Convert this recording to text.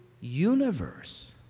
universe